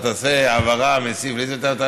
אתה תעשה העברה מסעיף לסעיף,